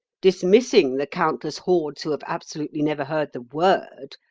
dismissing the countless hordes who have absolutely never heard the word,